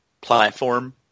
platform